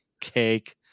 cake